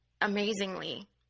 amazingly